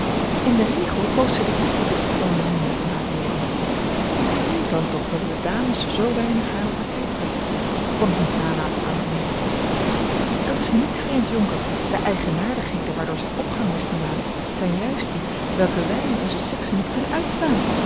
in den regel koos zij de heeren tot point de mire van hare raillerie hoe vreemd dan toch dat de dames zoo weinig hare partij trekken kon ik niet nalaten aan te merken dat is niet vreemd jonker de eigenaardigheden waardoor zij opgang wist te maken zijn juist die welke wij in onze sexe niet kunnen uitstaan